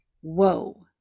whoa